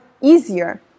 easier